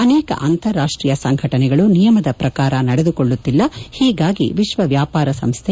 ಅನೇಕ ಅಂತಾರಾಷ್ಟೀಯ ಸಂಘಟನೆಗಳು ನಿಯಮದ ಪ್ರಕಾರ ನಡೆದುಕೊಳ್ಳುತ್ತಿಲ್ಲ ಹೀಗಾಗಿ ವಿಶ್ವ ವ್ವಾಪಾರ ಸಂಸ್ಟೆ